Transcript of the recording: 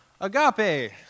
Agape